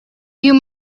you